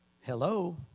Hello